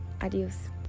Adios